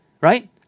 right